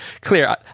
clear